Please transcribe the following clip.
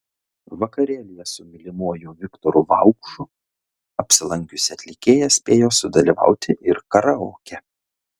vakarėlyje su mylimuoju viktoru vaupšu apsilankiusi atlikėja spėjo sudalyvauti ir karaoke